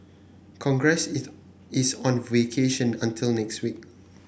congress is is on vacation until next week